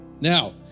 Now